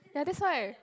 ya that's why